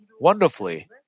Wonderfully